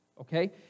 okay